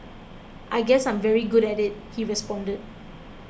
I guess I'm very good at it he responded